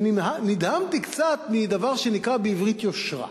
ונדהמתי קצת מדבר שנקרא בעברית "יושרה".